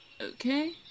Okay